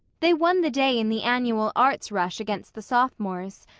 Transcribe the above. they won the day in the annual arts rush against the sophomores,